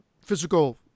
physical